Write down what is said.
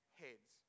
heads